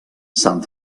sant